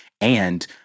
and-